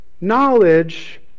knowledge